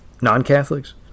non-Catholics